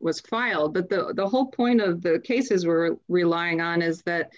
was filed but the whole point of the case is we're relying on is that